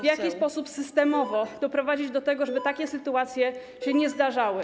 W jaki sposób systemowo doprowadzić do tego, żeby takie sytuacje się nie zdarzały?